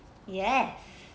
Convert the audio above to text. yes